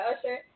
Usher